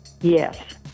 Yes